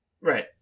Right